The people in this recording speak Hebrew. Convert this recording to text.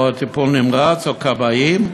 או טיפול נמרץ, או כבאים,